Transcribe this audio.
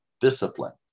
discipline